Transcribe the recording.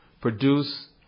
Produce